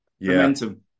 momentum